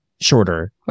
shorter